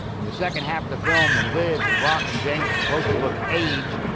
in the second half of the film, when liz and rock and james are supposed to look aged,